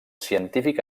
científic